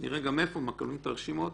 נראה גם מאיפה, את הרשימות